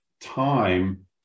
time